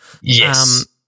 Yes